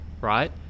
Right